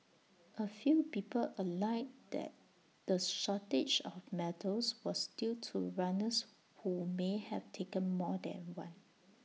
A few people alleged that the shortage of medals was due to runners who may have taken more than one